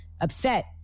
upset